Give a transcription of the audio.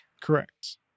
Correct